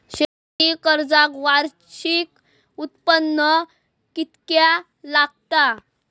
शेती कर्जाक वार्षिक उत्पन्न कितक्या लागता?